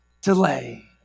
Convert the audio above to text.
delay